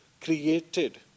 created